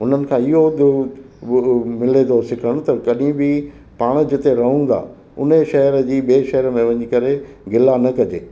हुननि खां इहो जो मिले थो सिखण त कॾहिं बि पाण जिते रहूं था हुन शहर जी ॿिएं शहर में वञी करे गिला न कजे